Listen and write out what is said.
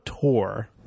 tour